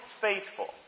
faithful